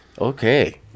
Okay